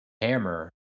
hammer